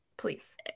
please